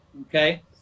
okay